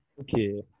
okay